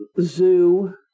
Zoo